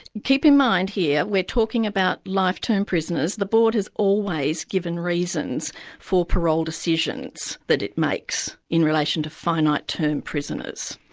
keep in mind here, we're talking about life-term prisoners. the board has always given reasons for parole decisions that it makes in relation to finite term prisoners.